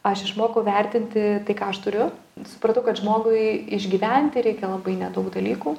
aš išmokau vertinti tai ką aš turiu supratau kad žmogui išgyventi reikia labai nedaug dalykų